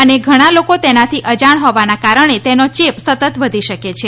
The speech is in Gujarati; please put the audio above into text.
અને ઘણા લોકો તેનાથી અજાણ હોવાને કારણે તેનો ચેપ સતત વધી શકે છે